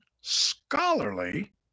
scholarly